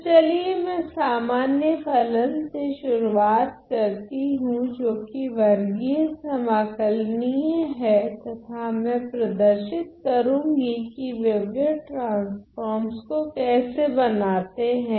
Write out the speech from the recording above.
तो चलिए मैं सामान्य फलन से शुरुआत करती हूँ जो कि वर्गीय समाकलनीय है तथा मैं प्रदर्शित करूंगी कि वेवलेट ट्रान्स्फ़ोर्म को कैसे बनाते हैं